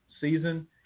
season